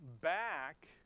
back